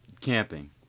camping